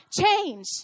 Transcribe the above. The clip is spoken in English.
change